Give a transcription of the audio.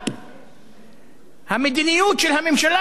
המדיניות של הממשלה שבחרתם היא שהובילה